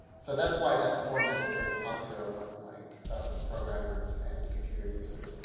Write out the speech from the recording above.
so that's why that format is very popular among like programmers and computer users.